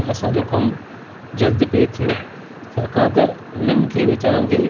ऐं असांजो कमु जल्दु बि थियो छाकाणि त हुननि खे वेचारनि खे